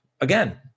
again